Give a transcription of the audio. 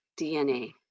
DNA